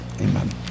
amen